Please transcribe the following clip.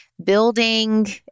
building